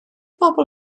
bobl